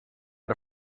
out